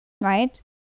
right